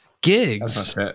Gigs